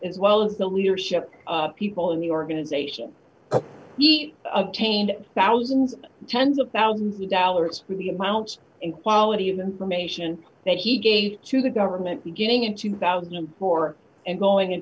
as well as the leadership of people in the organization he obtained thousands tens of thousands of dollars with the amounts in quality of information that he gave to the government beginning in two thousand and four and going